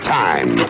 time